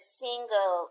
single